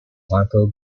marco